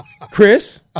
Chris